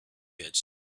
pits